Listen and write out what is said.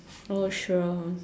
oh sure